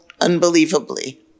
unbelievably